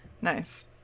Nice